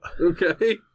Okay